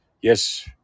Yes